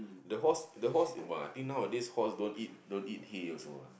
the horse the horse !wah! I think nowadays horse don't eat don't eat hay also ah